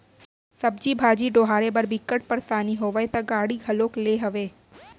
सब्जी भाजी डोहारे बर बिकट परसानी होवय त गाड़ी घलोक लेए हव